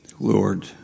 Lord